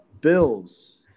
Bills